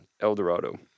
Eldorado